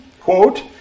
quote